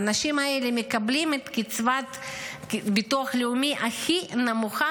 האנשים האלה מקבלים את קצבת הביטוח הלאומי הכי נמוכה